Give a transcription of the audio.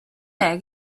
egg